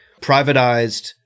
privatized